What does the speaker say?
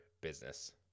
business